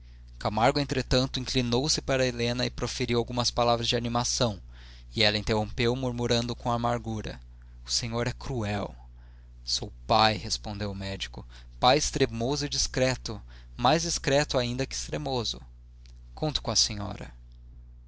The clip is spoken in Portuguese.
camargo entretanto inclinou-se para helena e proferiu algumas palavras de animação que ela interrompeu murmurando com amargura o senhor é cruel sou pai respondeu o médico pai extremoso e discreto mais discreto ainda que extremoso conto com a senhora